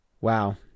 Wow